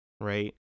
Right